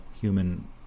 human